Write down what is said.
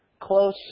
close